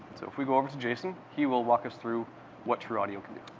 so if we go over to jason, he will walk us through what trueaudio can do.